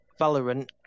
Valorant